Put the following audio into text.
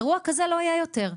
אירוע כזה לא יהיה יותר.